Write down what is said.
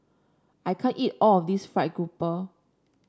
I can't eat all of this fried grouper